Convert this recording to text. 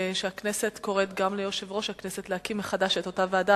שהכנסת גם קוראת ליושב-ראש הכנסת להקים מחדש את אותה ועדה,